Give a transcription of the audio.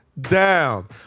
down